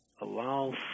allow